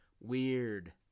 Weird